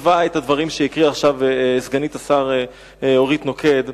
כתבה את הדברים שקראה עכשיו סגנית השר אורית נוקד,